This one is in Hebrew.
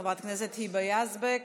חברת הכנסת היבה יזבק,